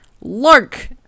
Lark